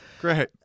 Great